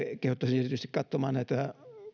kehottaisin katsomaan erityisesti näitä